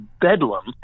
bedlam